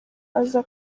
aza